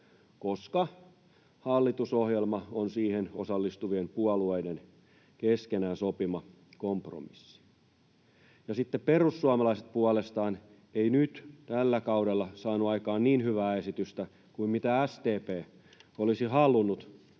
koska hallitusohjelma on siihen osallistuvien puolueiden keskenään sopima kompromissi, ja sitten perussuomalaiset puolestaan ei nyt tällä kaudella saanut aikaan niin hyvää esitystä kuin mitä SDP olisi halunnut,